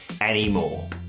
anymore